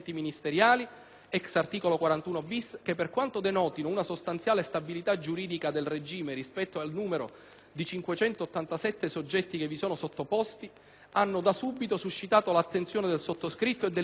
*ex* articolo 41-*bis* che, per quanto denotino una sostanziale stabilità giuridica del regime rispetto al numero di 587 soggetti che vi sono sottoposti, hanno da subito suscitato l'attenzione del sottoscritto e dell'intero Governo